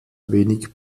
wenig